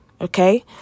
okay